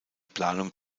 planung